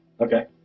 Okay